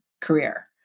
career